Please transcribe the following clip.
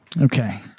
okay